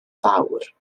fawr